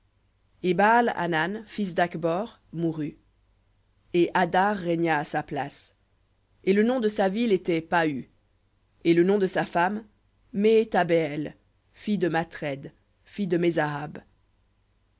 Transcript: et baal hanan fils d'acbor mourut et hadar régna à sa place et le nom de sa ville était pahu et le nom de sa femme mehétabeël fille de matred fille de